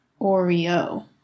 Oreo